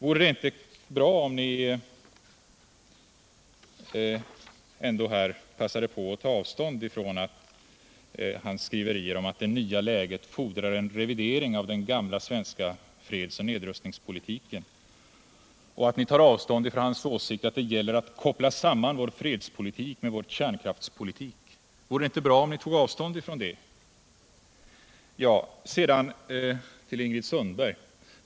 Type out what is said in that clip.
Vore det inte bra om ni här passade på att ta avstånd från hans skriverier om att det nya läget fordrar en revidering av den gamla svenska fredsoch nedrustningspolitiken, och att ni tar avstånd från hans åsikt att det gäller att koppla samman vår fredspolitik med vår kärnkraftspolitik? Vad bestod det här rådet i, säger Ingrid Sundberg.